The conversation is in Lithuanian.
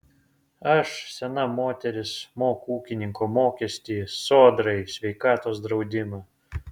aš sena moteris moku ūkininko mokestį sodrai sveikatos draudimą